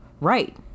right